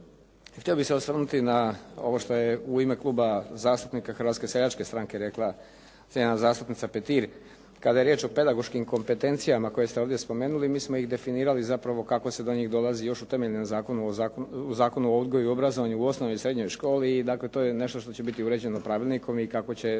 Htio bih se osvrnuti na ovo što je u ime Kluba zastupnika Hrvatske seljačke stranke rekla cijenjena zastupnica Petir. Kada je riječ o pedagoškim kompetencijama koje ste ovdje spomenuli, mi smo ih definirali zapravo kako se do njih dolazi još u temeljnom zakonu, u Zakonu o odgoju i obrazovanju u osnovnoj i srednjoj školi i dakle to je nešto što će biti uređeno pravilnikom i kako će